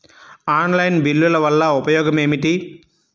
Online బిల్లుల వల్ల ఉపయోగమేమిటీ?